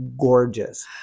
gorgeous